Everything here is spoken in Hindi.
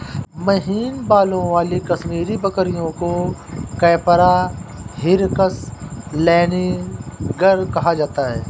महीन बालों वाली कश्मीरी बकरियों को कैपरा हिरकस लैनिगर कहा जाता है